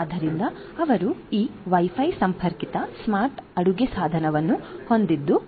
ಆದ್ದರಿಂದ ಅವರು ಈ ವೈ ಫೈ ಸಂಪರ್ಕಿತ ಸ್ಮಾರ್ಟ್ ಅಡುಗೆ ಸಾಧನವನ್ನು ಹೊಂದಿದ್ದು